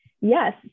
yes